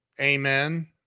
Amen